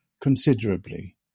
considerably